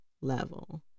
level